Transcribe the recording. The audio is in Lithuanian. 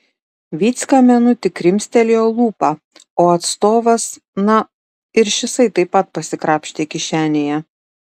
vycka menu tik krimstelėjo lūpą o atstovas na ir šisai taip pat pasikrapštė kišenėje